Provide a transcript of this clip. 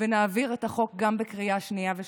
ונעביר את החוק גם בקריאה שנייה ושלישית.